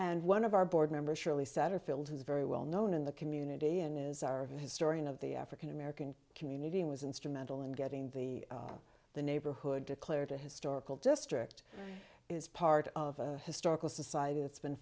and one of our board members surely setterfield who's very well known in the community in is our historian of the african american community was instrumental in getting the the neighborhood declared a historical district is part of a historical society that's been